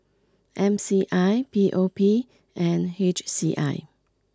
M C I P O P and H C I